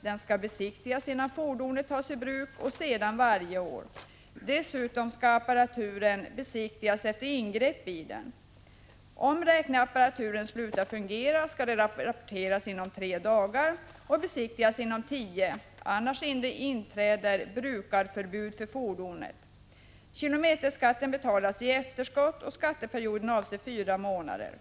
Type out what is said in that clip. Den skall besiktigas innan fordonet tas i bruk och sedan varje år. Dessutom skall apparaturen besiktigas efter ingrepp i den. Om räkneapparaturen slutar fungera skall den repareras inom tre dagar och besiktigas inom tio dagar. Annars inträder brukareförbud för fordonet. Kilometerskatten betalas i efterskott, och skatteperioden avser fyra månader.